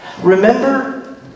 Remember